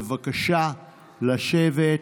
בבקשה לשבת.